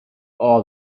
all